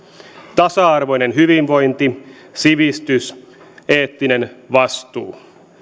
tasa arvoinen hyvinvointi sivistys eettinen vastuu